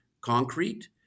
concrete